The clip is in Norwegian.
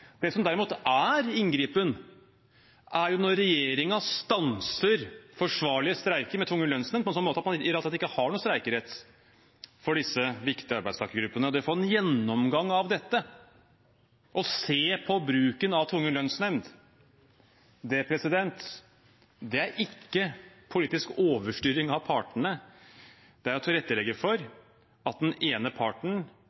Det som derimot er inngripen, er når regjeringen stanser forsvarlige streiker med tvungen lønnsnemd på en slik måte at disse viktige arbeidstakergruppene rett og slett ikke har noen streikerett. Å få en gjennomgang av dette, å se på bruken av tvungen lønnsnemnd, er ikke politisk overstyring av partene, men å tilrettelegge